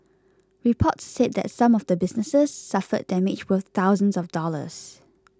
reports said that some of the businesses suffered damage worth thousands of dollars